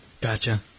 Gotcha